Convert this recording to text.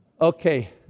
Okay